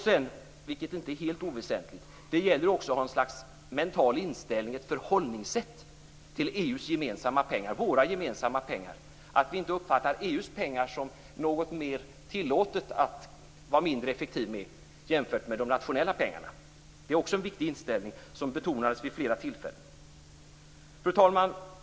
Sedan, vilket inte är helt oväsentligt, gäller det att också ha ett slags mental inställning, ett förhållningssätt till EU:s gemensamma pengar, våra gemensamma pengar, så att vi inte uppfattar EU:s pengar som något det är mer tillåtet att vara mindre effektiv med jämfört med de nationella pengarna. Det är också en viktig inställning som betonades vid flera tillfällen. Fru talman!